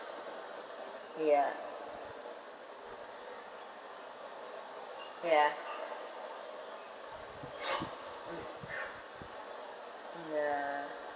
ya ya mm ya